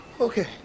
Okay